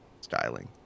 styling